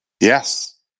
Yes